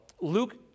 Luke